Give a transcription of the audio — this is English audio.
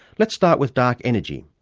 let's start with dark energy.